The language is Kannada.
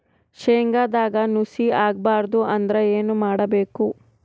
ಶೇಂಗದಾಗ ನುಸಿ ಆಗಬಾರದು ಅಂದ್ರ ಏನು ಮಾಡಬೇಕು?